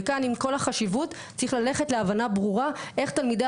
וכאן עם כל החשיבות צריך ללכת להבנה ברורה איך תלמידי